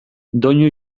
doinu